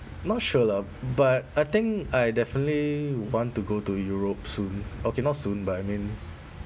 not sure lah but I think I definitely want to go to europe soon okay not soon but I mean